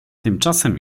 tymczasem